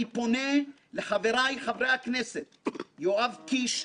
אני פונה לחבריי, חברי הכנסת יואב קיש,